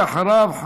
ואחריו,